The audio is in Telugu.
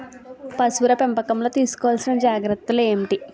పశువుల పెంపకంలో తీసుకోవల్సిన జాగ్రత్త లు ఏంటి?